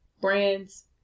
brands